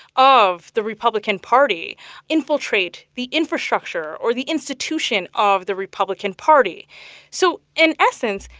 of the republican party infiltrate the infrastructure or the institution of the republican party so in essence,